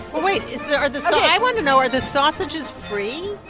wait. is there are the i want to know, are the sausages free?